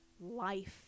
life